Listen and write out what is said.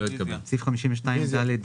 הצבעה